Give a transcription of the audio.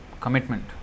commitment